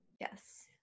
Yes